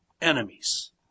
enemies